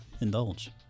indulge